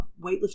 weightlifting